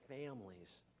families